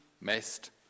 messed